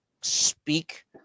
speak